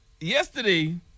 yesterday